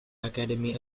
academy